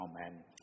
amen